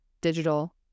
digital